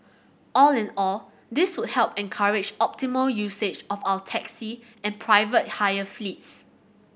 all in all this would help encourage optimal usage of our taxi and private hire fleets